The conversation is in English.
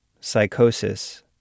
psychosis